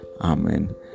Amen